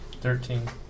Thirteen